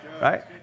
Right